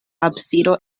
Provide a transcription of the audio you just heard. absido